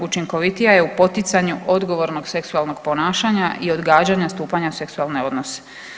Učinkovitija je u poticanju odgovornog seksualnog ponašanja i odgađanja stupanja u seksualne odnose.